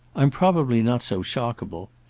i'm probably not so shockable.